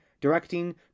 directing